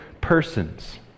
persons